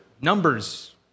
numbers